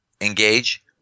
engage